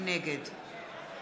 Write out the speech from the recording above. נגד